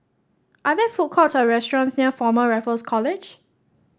are there food courts or restaurants near Former Raffles College